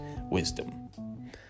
wisdom